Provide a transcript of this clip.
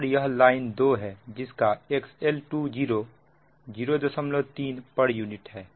और यह लाइन 2 है जिसका XL20 030 pu है